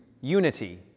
unity